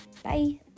Bye